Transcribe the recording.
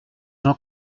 jean